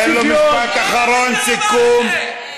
תן לו משפט אחרון לסיכום.